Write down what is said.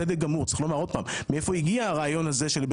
ובצדק גמור צריך לומר שוב מהיכן הגיע הרעיון הזה שלבית